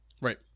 right